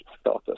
status